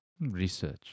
Research